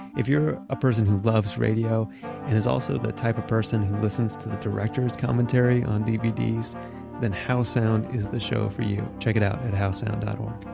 if you're a person who loves radio and is also the type of person who listens to the director's commentary on dvds then how sound is the show for you check it out at howsound dot o